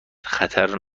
خطر